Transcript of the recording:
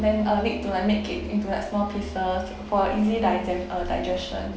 then uh need to like make it into like small pieces for easy dige~ uh digestion